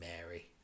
Mary